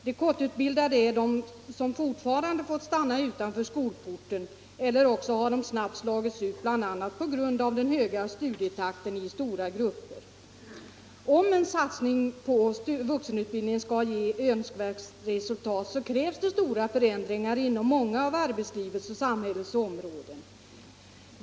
De korttidsutbildade är fortfarande de som fått stanna utanför skolporten, eller också har de snabbt slagits ut, bl.a. på grund av den höga studietakten i stora grupper. Om en satsning på vuxenutbildning skall ge önskvärt resultat krävs stora förändringar inom många av arbetslivets och samhällets områden.